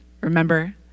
remember